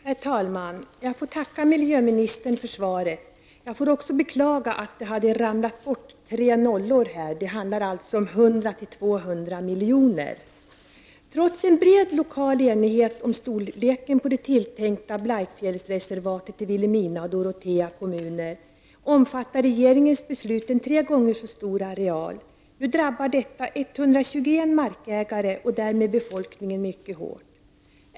Herr talman! Jag får tacka miljöministern för svaret. Jag får också beklaga att det hade ramlat bort tre nollor. Det handlar således om 100--200 Trots en bred lokal enighet om storleken på det tilltänkta Blaikfjällsreservatet i Vilhelmina och Dorotea kommuner, omfattar regeringens beslut en tre gånger så stor areal. Det drabbar 121 markägare och därmed befolkningen mycket hårt.